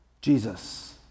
Jesus